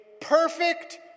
perfect